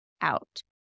Out